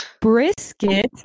Brisket